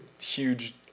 huge